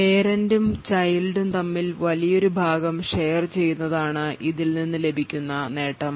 parent ഉം child ഉം തമ്മിൽ വലിയൊരു ഭാഗം share ചെയ്യുന്നതാണ് ഇതിൽ നിന്ന് ലഭിക്കുന്ന നേട്ടം